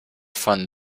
fun